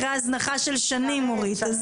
אחרי הזנחה של שנים אורית.